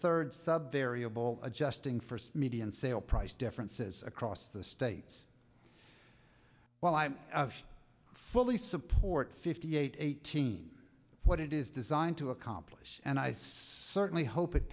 third sub burial adjusting first median sale price differences across the states well i fully support fifty eight eighteen what it is designed to accomplish and i certainly hope it